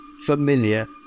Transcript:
familiar